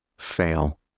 fail